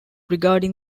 regarding